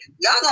Y'all